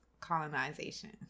colonization